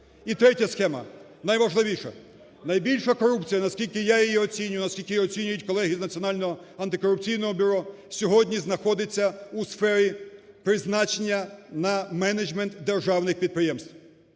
І третя схема, найважливіша. Найбільша корупція, наскільки я її оцінюю, наскільки її оцінюють колеги з Національного антикорупційного бюро, сьогодні знаходиться у сфері призначення на менеджмент державних підприємств.